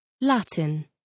Latin